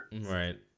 right